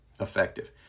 effective